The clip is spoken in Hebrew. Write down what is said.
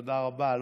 תודה רבה.